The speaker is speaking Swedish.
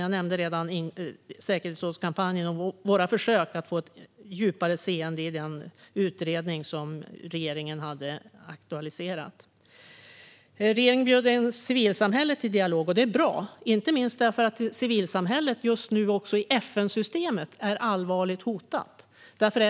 Jag har redan nämnt säkerhetsrådskampanjen och våra försök att få en djupare insyn i den utredning som regeringen hade aktualiserat. Regeringen bjöd in civilsamhället till dialog. Det är bra, inte minst därför att civilsamhället just nu är allvarligt hotat också i FN-systemet.